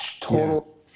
total